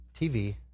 TV